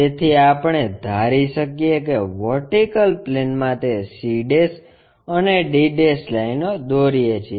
તેથી આપણે ધારી શકીએ કે વર્ટિકલ પ્લેનમાં તે c અને d લાઇનો દોરીએ છીએ